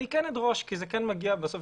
אני כן אדרוש כי בסוף יכול להיות סיכון.